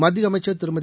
மத்திய அமைச்சர் திருமதி